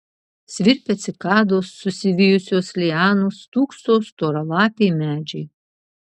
svirpia cikados susivijusios lianos stūkso storalapiai medžiai